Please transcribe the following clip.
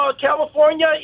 California